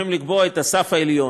אנחנו צריכים לקבוע את הסף העליון.